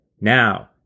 Now